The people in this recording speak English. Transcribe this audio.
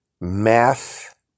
math